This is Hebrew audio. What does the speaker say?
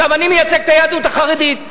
עכשיו, אני מייצג את היהדות החרדית.